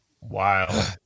Wow